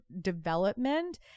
development